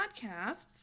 podcasts